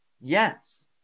Yes